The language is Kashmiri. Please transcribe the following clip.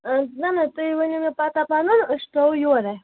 نہَ نہَ تُہۍ ؤنِو مےٚ پتاہ پَنُن أسۍ ترٛاوَو یورٕے